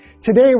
Today